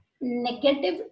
negative